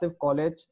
College